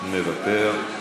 מוותר.